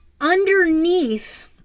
underneath